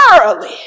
early